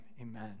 Amen